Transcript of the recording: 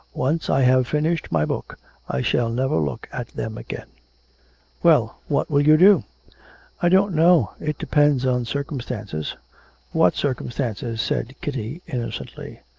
once i have finished my book i shall never look at them again well, what will you do i don't know it depends on circumstances what circumstances said kitty, innocently.